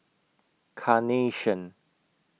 Carnation